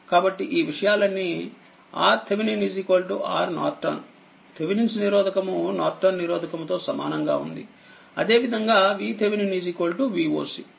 కాబట్టిఈ విషయాలన్నీ RTh RN Thevenin's నిరోధకము నార్టన్ నిరోధకము అదే విధంగా VTh VOC